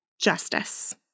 justice